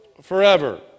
forever